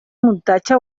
muntatge